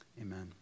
Amen